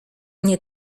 nie